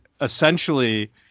essentially